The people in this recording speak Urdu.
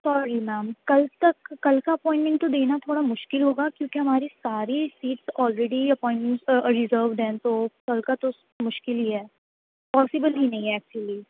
سوری میم کل تک کل کا اپوائنمںٹ تو دینا تھوڑا مشکل ہوگا کیونکہ ہماری ساری سیٹ آلریڈی اپوائنٹمنٹس ریزروڈ ہیں تو کل کا تو مشکل ہی ہے پاسیبل ہی نہیں ہے ایکچولی